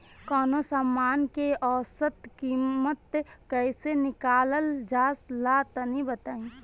कवनो समान के औसत कीमत कैसे निकालल जा ला तनी बताई?